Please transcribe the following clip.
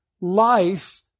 life